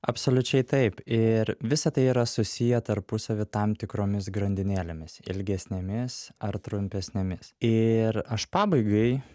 absoliučiai taip ir visa tai yra susiję tarpusavy tam tikromis grandinėlėmis ilgesnėmis ar trumpesnėmis ir aš pabaigai